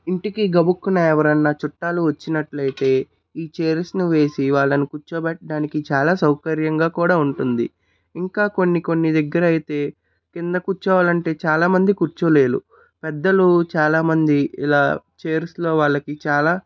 ఇంటికి గబుక్కున ఎవరైనా చుట్టాలు వచ్చినట్లైతే ఈ చైర్స్ ని వేసి వాళ్ళని కూర్చోపెట్టడానికి చాలా సౌకర్యంగా కూడా ఉంటుంది ఇంకా కొన్ని కొన్ని దగ్గర అయితే కింద కూర్చోవాలంటే చాలా మంది కూర్చోలేరు పెద్దలు చాలా మంది ఇలా చైర్స్ లో వాళ్ళకి చాలా